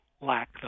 lack